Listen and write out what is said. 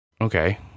Okay